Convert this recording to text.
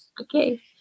Okay